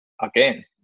again